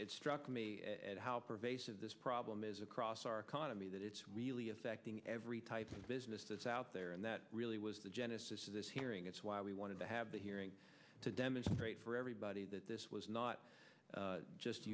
struck me at how pervasive this problem is across our economy that it's really affecting every type of business that's out there and that really was the genesis of this hearing that's why we wanted to have the hearing to demonstrate for everybody that this was not just